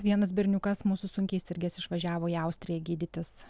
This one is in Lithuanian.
vienas berniukas mūsų sunkiai sirgęs išvažiavo į austriją gydytis